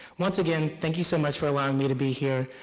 once again, thank you so much for allowing me to be here.